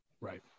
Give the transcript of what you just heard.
Right